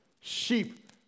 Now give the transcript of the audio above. sheep